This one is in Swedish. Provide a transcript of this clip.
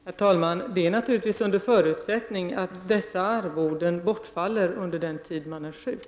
Herr talman! Det gäller naturligtvis under förutsättning att dessa arvoden bortfaller under den tid då man är sjuk.